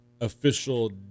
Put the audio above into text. official